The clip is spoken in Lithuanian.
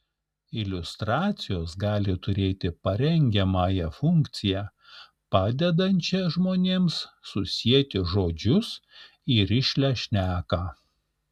iliustracijos gali turėti parengiamąją funkciją padedančią žmonėms susieti žodžius į rišlią šneką